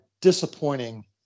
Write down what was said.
disappointing